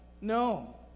No